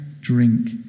drink